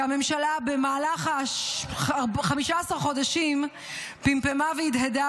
הממשלה במהלך 15 חודשים פמפמה והדהדה